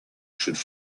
should